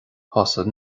thosaigh